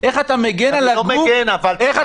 אני מאמין בפרקליטות המדינה, שדרכם דרך ישרה.